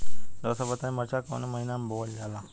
रउआ सभ बताई मरचा कवने महीना में बोवल जाला?